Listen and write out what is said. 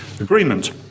Agreement